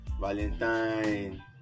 valentine